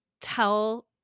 tell